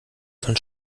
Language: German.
von